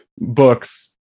books